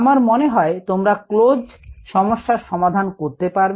আমার মনে হয় তোমরা ক্লোজ সমস্যা সমাধান করতে পারবে